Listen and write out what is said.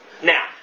Now